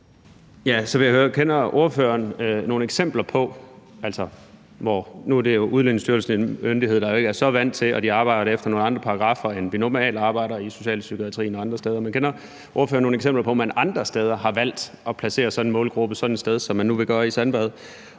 Melson. Kl. 14:01 Christoffer Aagaard Melson (V): Nu er det jo Udlændingestyrelsen, som er en myndighed, der arbejder efter nogle andre paragraffer, end vi normalt arbejder efter i socialpsykiatrien og andre steder, men kender ordføreren nogle eksempler på, at man andre steder har valgt at placere sådan en målgruppe på sådan et sted, som man nu vil gøre i Sandvad?